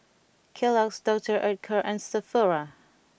Kellogg's Doctor Oetker and Sephora